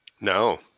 No